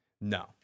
No